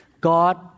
God